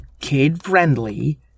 kid-friendly